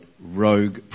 rogue